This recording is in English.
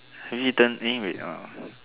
have you eaten anyway uh